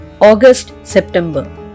August-September